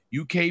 uk